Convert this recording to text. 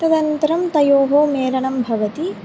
तदनन्तरं तयोः मेलनं भवति